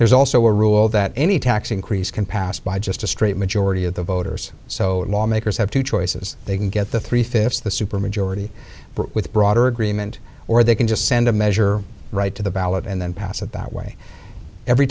there's also a rule that any tax increase can pass by just a straight majority of the voters so lawmakers have two choices they can get the three fifths of the super majority with broader agreement or they can just send a measure right to the ballot and then pass it that way every